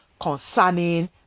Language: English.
concerning